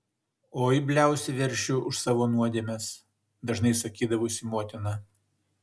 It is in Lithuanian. oi bliausi veršiu už savo nuodėmes dažnai sakydavusi motina